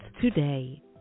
today